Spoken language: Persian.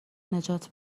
نجات